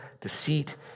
deceit